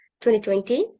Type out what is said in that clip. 2020